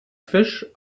fisch